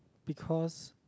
because